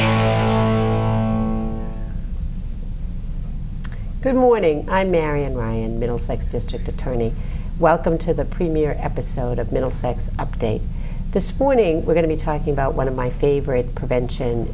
t good morning i'm mary and i and middlesex district attorney welcome to the premier episode of middlesex update this morning we're going to be talking about one of my favorite prevention